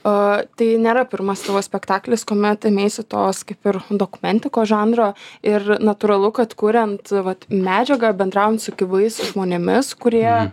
o tai nėra pirmas tavo spektaklis kuomet ėmeisi tos kaip ir dokumentikos žanro ir natūralu kad kuriant vat medžiagą bendraujant su gyvais žmonėmis kurie